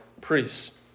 priests